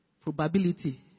probability